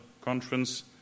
conference